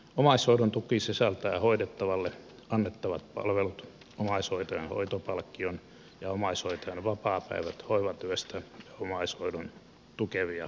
omaishoidon tuki sisältää hoidettavalle an nettavat palvelut omaishoitajan hoitopalkkion omaishoitajan vapaapäivät hoivatyöstä ja omais hoitoa tukevia palveluita